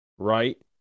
Right